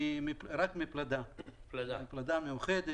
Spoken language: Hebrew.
רק מפלדה מיוחדת.